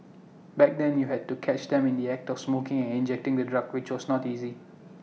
back then you had to catch them in the act of smoking and injecting the drugs which was not easy